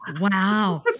Wow